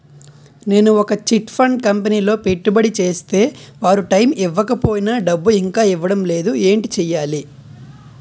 నేను ఒక chit fund కంపెనీలో పెట్టుబడి చేస్తే వారు టైమ్ ఇవ్వకపోయినా డబ్బు ఇంకా ఇవ్వడం లేదు ఏంటి చేయాలి?